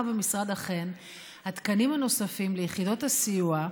במשרד התקנים הנוספים ליחידות הסיוע?